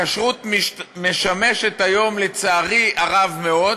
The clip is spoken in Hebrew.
הכשרות משמשת היום, לצערי הרב מאוד,